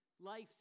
life